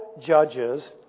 judges